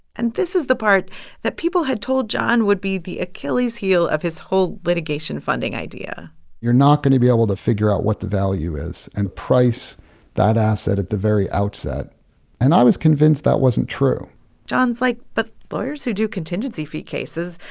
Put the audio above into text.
and this is the part that people had told jon would be the achilles' heel of his whole litigation funding idea you're not going to be able to figure out what the value is and price that asset at the very outset and i was convinced that wasn't true jon's like but lawyers who do contingency fee cases,